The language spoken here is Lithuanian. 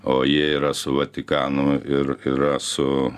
o jie yra su vatikanu ir yra su